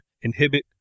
inhibit